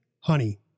honey